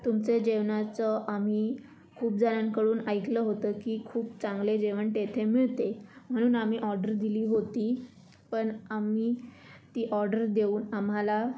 तुमचं जेवणाचं आम्ही खूप जणांकडून ऐकलं होतं की खूप चांगले जेवण तेथे मिळते म्हणून आम्ही ऑर्डर दिली होती पण आम्ही ती ऑर्डर देऊन आम्हाला